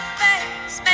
face